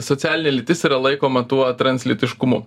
socialinė lytis yra laikoma tuo translytiškumu